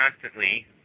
constantly